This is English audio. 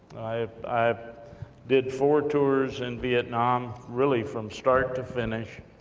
i did four tours in vietnam, really from start to finish,